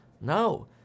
No